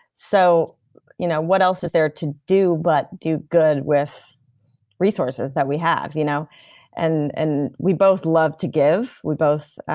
so you know what else is there to do but to do good with resources that we have? you know and and we both love to give, we both.